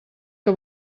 que